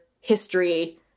history